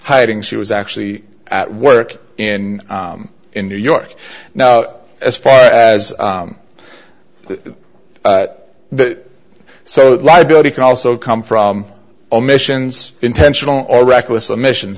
hiding she was actually at work in in new york now as far as that so liability can also come from omissions intentional or reckless admissions